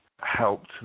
helped